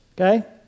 Okay